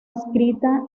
inscrita